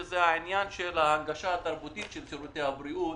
שהוא ההנגשה התרבותית של שירותי הבריאות.